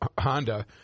Honda